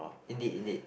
indeed indeed